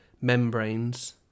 membranes